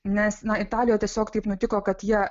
nes italijoj tiesiog taip nutiko kad jie